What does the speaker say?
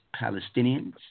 Palestinians